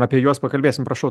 apie juos pakalbėsim prašau